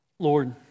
Lord